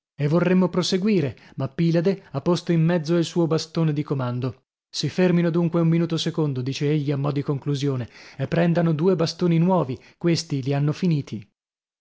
e vorremmo proseguire ma pilade ha posto in mezzo il suo bastone di comando si fermino dunque un minuto secondo dice egli a mo di conclusione e prendano due bastoni nuovi questi li hanno finiti